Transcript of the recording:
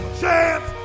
chance